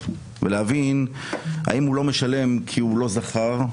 ולהבין אם הוא לא משלם כי הוא לא זכר,